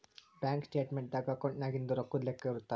bank statement ದಾಗ ಅಕೌಂಟ್ನಾಗಿಂದು ರೊಕ್ಕದ್ ಲೆಕ್ಕ ಇರುತ್ತ